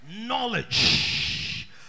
Knowledge